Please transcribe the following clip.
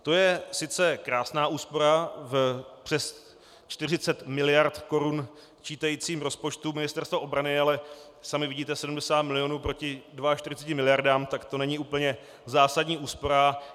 To je sice krásná úspora v přes 40 miliard korun čítajícím rozpočtu Ministerstva obrany, ale sami vidíte, 70 milionů proti 42 miliardám, tak to není úplně zásadní úspora.